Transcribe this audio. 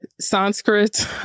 Sanskrit